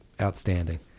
outstanding